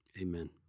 Amen